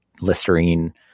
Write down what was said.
Listerine